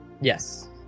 Yes